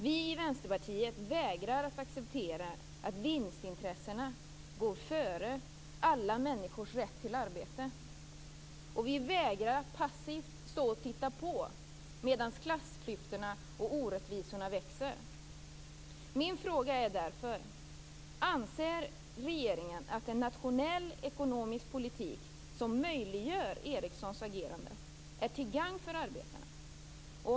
Vi i Vänsterpartiet vägrar att acceptera att vinstintressena går före alla människors rätt till arbete. Vi vägrar att passivt stå och titta på medan klassklyftorna och orättvisorna växer. Min fråga är därför: Anser regeringen att en nationell ekonomisk politik som möjliggör Ericssons agerande är till gagn för arbetarna?